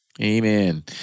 Amen